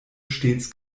stets